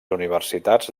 universitats